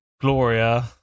Gloria